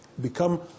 become